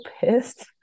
pissed